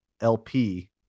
LP